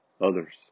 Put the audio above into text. Others